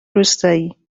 روستایی